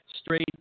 straight